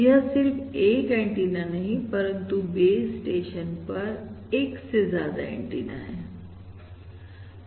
यह सिर्फ एक एंटीना नहीं है परंतु बेस स्टेशन पर एक से ज्यादा एंटीना है